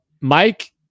mike